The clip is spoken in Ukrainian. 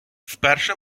вперше